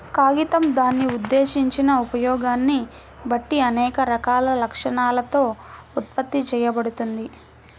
కాగితం దాని ఉద్దేశించిన ఉపయోగాన్ని బట్టి అనేక రకాల లక్షణాలతో ఉత్పత్తి చేయబడుతుంది